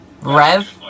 Rev